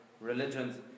religions